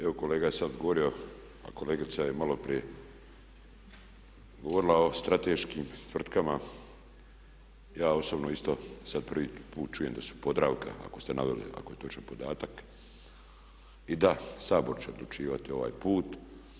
Evo kolega je sad govorio, a kolegica je malo prije govorila o strateškim tvrtkama, ja osobno isto sad prvi put čujem da su Podravka ako ste naveli, ako je točan podatak i da Sabor će odlučivati ovaj put.